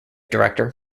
director